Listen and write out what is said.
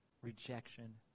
rejection